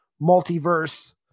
multiverse